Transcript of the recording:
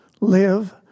live